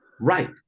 Right